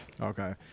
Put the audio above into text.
Okay